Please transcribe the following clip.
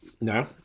no